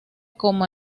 como